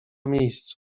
miejscu